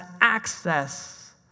access